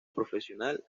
profesional